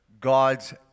God's